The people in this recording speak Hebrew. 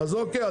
אוקי,